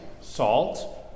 salt